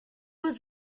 was